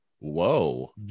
Whoa